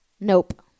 Nope